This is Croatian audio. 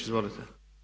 Izvolite.